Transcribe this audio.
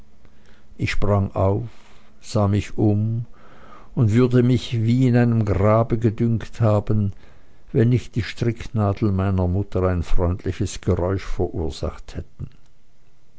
ich sprang auf sah mich um und würde mich wie in einem grabe gedünkt haben wenn nicht die stricknadeln meiner mutter ein freundliches geräusch verursacht hätten